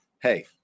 Hey